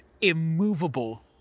immovable